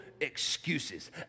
excuses